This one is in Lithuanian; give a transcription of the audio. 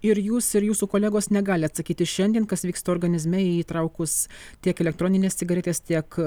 ir jūs ir jūsų kolegos negali atsakyti šiandien kas vyksta organizme įtraukus tiek elektronines cigaretes tiek